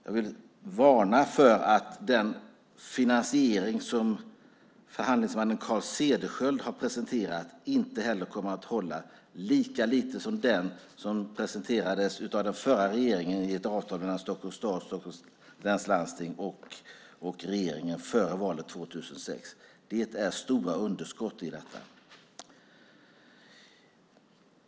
Jag vill varna för att den finansiering som förhandlingsmannen Carl Cederschiöld har presenterat inte heller kommer att hålla, lika lite som den som presenterades av den förra regeringen i ett avtal mellan Stockholms stad, Stockholms läns landsting och regeringen före valet 2006. Det är stora underskott i detta.